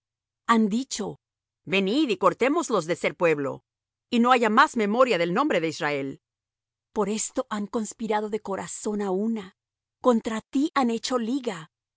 han dicho venid y cortémoslos de ser pueblo y no haya más memoria del nombre de israel por esto han conspirado de corazón á una contra ti han hecho liga